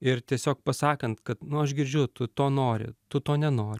ir tiesiog pasakant kad nu aš girdžiu tu to nori tu to nenori